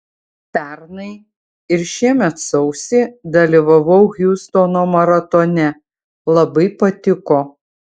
pernai ir šiemet sausį dalyvavau hiūstono maratone labai patiko